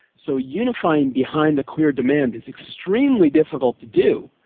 so unifying behind a clear demand is extremely difficult to do,